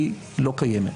היא לא קיימת.